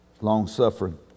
long-suffering